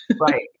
Right